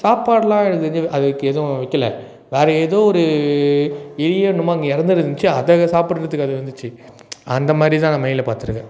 சாப்பாடுலாம் எனக்கு தெரிஞ்சி அதுக்கு எதுவும் வைக்கல வேறே ஏதோ ஒரு எலியே என்னமோ அங்கே இறந்துருந்துச்சி அதை சாப்பிறதுக்கு அது வந்துச்சு அந்த மாதிரி தான் நான் மயிலை பார்த்துருக்கேன்